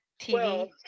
TV